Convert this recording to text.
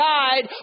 died